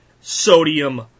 sodium